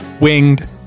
winged